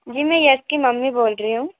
जी मैं यश की मम्मी बोल रही हूँ